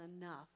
enough